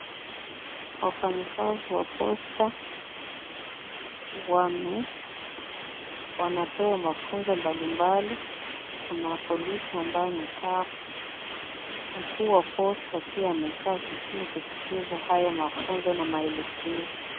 Wafanyikazi wa posta wanapewa mafunzo mbalimbali. Kuna polisi ambaye amekaa hapo huku wa posta pia amekaa kitini kusikiza haya mafunzo na maelekezi.